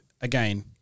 again